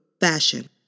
Fashion